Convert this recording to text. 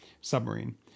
submarine